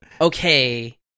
okay